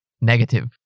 negative